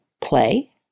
play